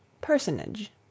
Personage